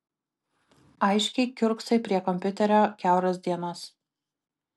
aiškiai kiurksai prie kompiuterio kiauras dienas